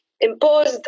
imposed